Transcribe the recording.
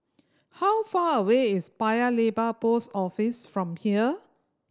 how far away is Paya Lebar Post Office from here